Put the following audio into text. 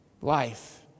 life